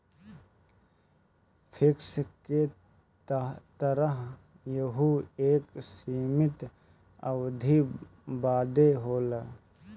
fix के तरह यहू एक सीमित अवधी बदे होला